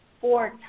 four